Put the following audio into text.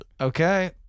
Okay